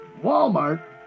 Walmart